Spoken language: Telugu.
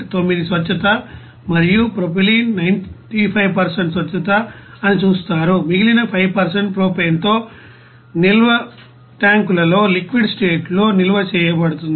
9 స్వచ్ఛత మరియు ప్రొపైలిన్ 95 స్వచ్ఛత అని చూస్తారు మిగిలిన 5 ప్రొపేన్తో కలిపి నిల్వ ట్యాంకులలో లిక్విడ్ స్టేట్ లో నిల్వ చేయబడుతుంది